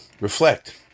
reflect